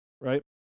right